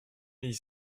ils